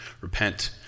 Repent